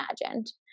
imagined